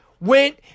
went